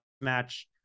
match